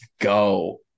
go